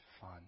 fun